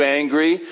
angry